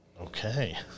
Okay